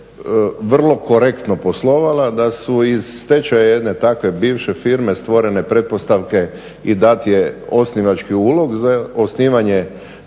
vrlo korektno poslovala da su iz stečaja jedne takve bivše firme stvorene pretpostavke i dat je osnivački ulog za osnivanje